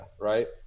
Right